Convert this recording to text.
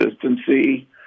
consistency